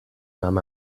nahm